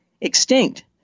extinct